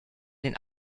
den